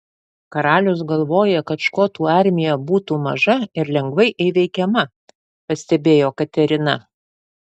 karalius galvoja kad škotų armija būtų maža ir lengvai įveikiama pastebėjo katerina